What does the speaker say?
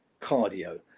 cardio